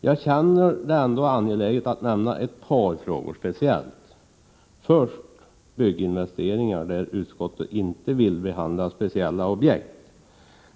Jag känner det ändå angeläget att nämna ett par frågor speciellt. Först frågan om bygginvesteringar, där utskottet inte vill behandla speciella objekt.